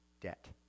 debt